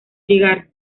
llegar